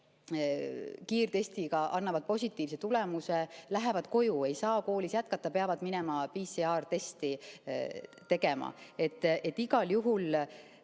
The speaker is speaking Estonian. kiirtestiga annavad positiivse tulemuse, lähevad koju, ei saa koolis jätkata, vaid peavad minema PCR-testi tegema. Nii et igal juhul